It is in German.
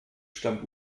stammt